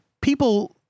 people